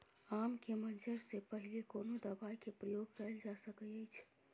आम के मंजर से पहिले कोनो दवाई के प्रयोग कैल जा सकय अछि?